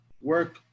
work